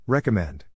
Recommend